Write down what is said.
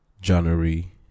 January